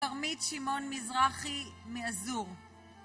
התלמיד שמעון מזרחי מאזור